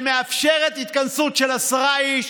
שמאפשרת התכנסות של עשרה איש,